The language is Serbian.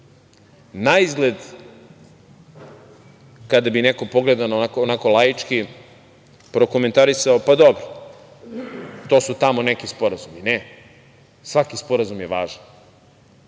Naizgled, kada bi neko pogledao onako laički, prokomentarisao bi – pa, dobro, to su tamo neki sporazumi. Ne, svaki sporazum je važan,